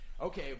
okay